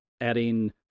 adding